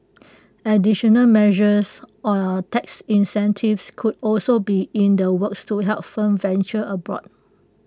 additional measures or tax incentives could also be in the works to help firms venture abroad